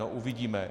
No uvidíme.